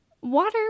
Water